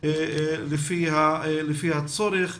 לפי הצורך.